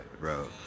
bro